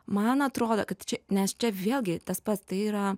man atrodo kad čia nes čia vėlgi tas pats tai yra